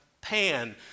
Pan